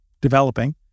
developing